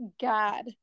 God